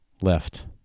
left